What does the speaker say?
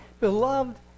Beloved